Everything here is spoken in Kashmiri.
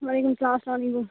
وعلیکُم سلام اسلامُ علیکُم